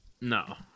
no